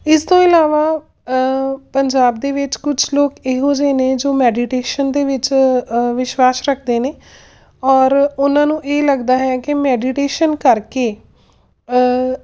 ਇਸ ਤੋਂ ਇਲਾਵਾ ਪੰਜਾਬ ਦੇ ਵਿੱਚ ਕੁਛ ਲੋਕ ਇਹੋ ਜਿਹੇ ਨੇ ਜੋ ਮੈਡੀਟੇਸ਼ਨ ਦੇ ਵਿੱਚ ਵਿਸ਼ਵਾਸ ਰੱਖਦੇ ਨੇ ਔਰ ਉਹਨਾਂ ਨੂੰ ਇਹ ਲੱਗਦਾ ਹੈ ਕਿ ਮੈਡੀਟੇਸ਼ਨ ਕਰਕੇ